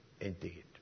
indeed